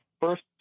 first